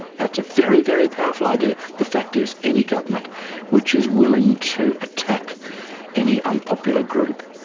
it's a very, very powerful idea. the fact is, any government which is willing to attack any unpopular group,